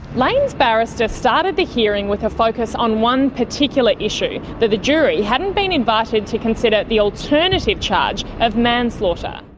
lane's barrister started the hearing with a focus on one particular issue, that the jury hadn't been invited to consider the alternative charge of manslaughter.